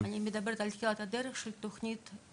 כשאני מדברת על תחילת הדרך אני מתכוון לתחילתה של התוכנית הכוללנית.